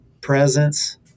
presence